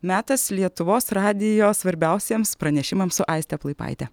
metas lietuvos radijo svarbiausiems pranešimams su aiste plaipaite